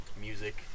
music